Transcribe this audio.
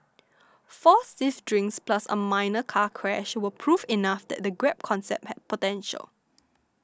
four stiff drinks plus a minor car crash were proof enough that the Grab concept had potential